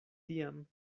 tiam